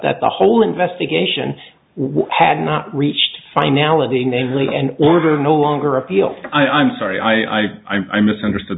that the whole investigation had not reached finality namely an order no longer appeal i'm sorry i i misunderstood